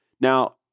Now